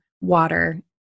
water